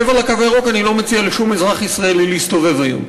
מעבר לקו הירוק אני לא מציע לשום אזרח ישראלי להסתובב היום.